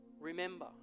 Remember